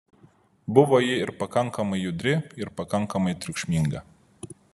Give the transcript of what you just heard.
buvo ji ir pakankamai judri ir pakankamai triukšminga